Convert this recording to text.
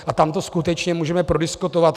A tam to skutečně můžeme prodiskutovat.